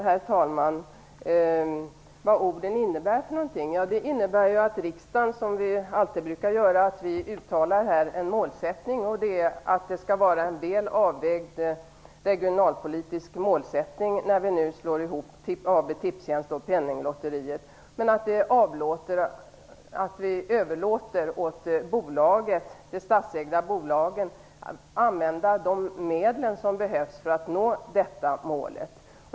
Herr talman! Dessa ord innebär att riksdagen, som den alltid brukar göra, uttalar en väl avvägd regionalpolitisk målsättning när den nu skall slå ihop Tipstjänst och Penninglotteriet, men att vi överlåter åt de statsägda bolagen att använda de medel som behövs för att nå detta mål.